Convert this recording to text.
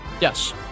Yes